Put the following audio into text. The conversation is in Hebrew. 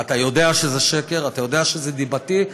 אתה יודע שזה שקר, אתה יודע שזה דיבתי.